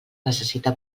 necessita